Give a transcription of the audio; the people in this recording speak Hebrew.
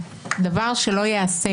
דבר שלא ייעשה.